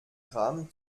gramm